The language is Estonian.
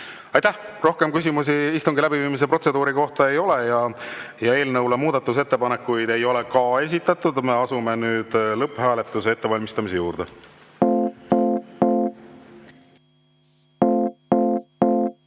Aitäh! Rohkem küsimusi istungi läbiviimise protseduuri kohta ei ole. Eelnõu kohta muudatusettepanekuid ei ole esitatud. Me asume nüüd lõpphääletuse ettevalmistamise juurde.